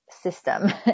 system